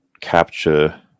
capture